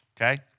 okay